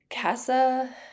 Casa